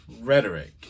rhetoric